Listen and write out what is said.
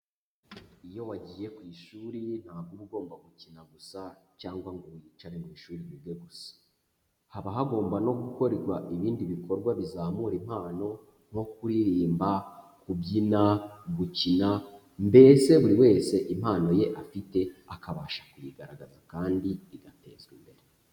Iyo wagiye ku ishuri ye ntabwo uba ugomba gukina gusa cyangwa ngo wicare mu ishuri wige gusa, haba hagomba no gukorwa ibindi bikorwa bizamura impano nko kuririmba, kubyina gukina mbese buri wese impano ye afite akabasha kuyigaragaza kandi igatezwa imbere.